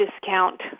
discount